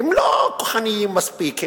הם לא כוחניים מספיק,